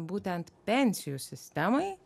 būtent pensijų sistemai